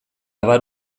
abar